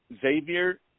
Xavier